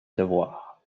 devoir